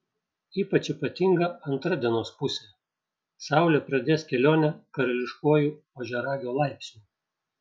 ypač ypatinga antra dienos pusė saulė pradės kelionę karališkuoju ožiaragio laipsniu